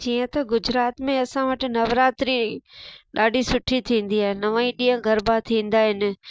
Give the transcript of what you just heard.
जीअं त गुजरात में असां वटि नवरात्री ॾाढी सुठी थींदी आहे नव ई ॾींह गरबा थींदा आहिनि